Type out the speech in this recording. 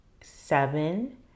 seven